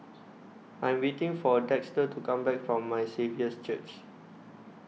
I Am waiting For Dexter to Come Back from My Saviour's Church